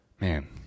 man